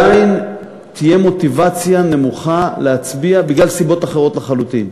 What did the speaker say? תהיה מוטיבציה נמוכה להצביע בגלל סיבות אחרות לחלוטין.